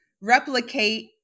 replicate